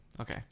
Okay